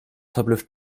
verblüfft